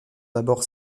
d’abord